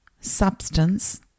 substance